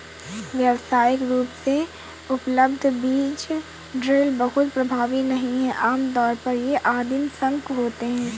व्यावसायिक रूप से उपलब्ध बीज ड्रिल बहुत प्रभावी नहीं हैं आमतौर पर ये आदिम शंकु होते हैं